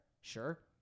Sure